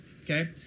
okay